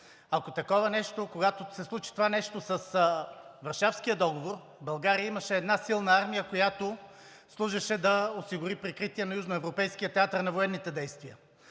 периодично, когато се случи това нещо с Варшавския договор, България имаше една силна армия, която служеше да осигури прикритие на Южноевропейския